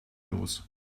los